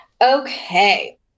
Okay